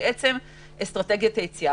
פה רואים את אסטרטגיית היציאה.